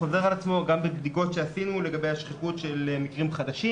חוזר על עצמו גם בבדיקות שעשינו לגבי השכיחות של מקרים חדשים